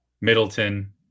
Middleton